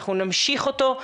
אנחנו נמשיך אותו,